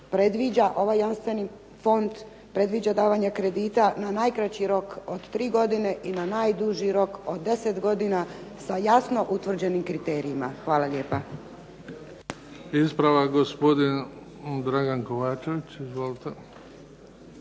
jer ovaj jamstveni Fond predviđa davanje kredita na najkraći rok od 3 godine i najduži rok od 10 godina sa jasno utvrđenim kriterijima. Hvala lijepa. **Bebić, Luka (HDZ)** Ispravak gospodin Dragan KOvačević. Izvolite.